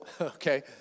okay